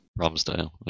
Ramsdale